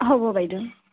হ'ব বাইদেউ